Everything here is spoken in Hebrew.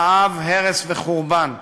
רעב, הרס וחורבן.